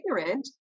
ignorant